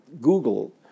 Google